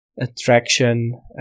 attraction